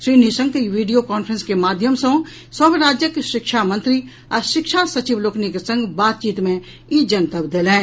Shri Nishank video conference के माध्यम सॅ सभ राज्यक शिक्षा मंत्री आ शिक्षा सचिव लोकनिक संग बातचीत मे ई जनतब देलनि